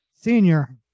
senior